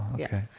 okay